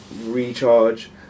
recharge